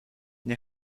nie